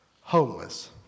homeless